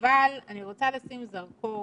אבל אני רוצה לשים זרקור